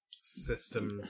system